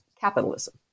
capitalism